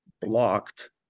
blocked